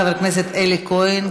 חבר הכנסת אלי כהן,